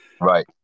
Right